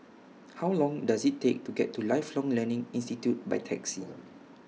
How Long Does IT Take to get to Lifelong Learning Institute By Taxi